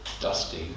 dusty